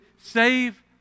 save